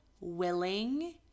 willing